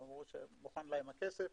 אמרו שמוכן להם הכסף.